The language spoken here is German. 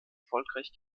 erfolgreich